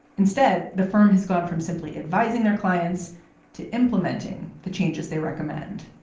instead, the firm has gone from simply advising their clients to implementing the changes they recommend,